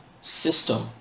system